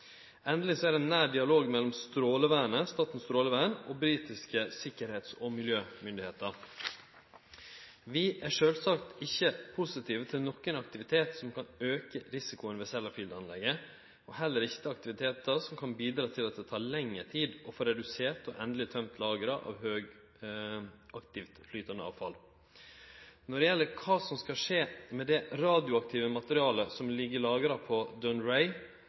Endeleg er det ein nær dialog mellom Statens strålevern og britiske sikkerheits- og miljømyndigheiter. Vi er sjølvsagt ikkje positive til nokon aktivitet som kan auke risikoen ved Sellafield-anlegget, og heller ikkje til aktivitetar som kan bidra til at det tek lengre tid å få redusert og endeleg tømt lagera av høgaktivt flytande avfall. Når det gjeld kva som skal skje med det radioaktive materialet som ligg lagra på